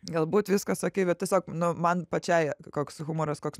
galbūt viskas okei bet tiesiog nu man pačiai koks humoras koks